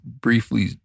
briefly